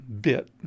Bit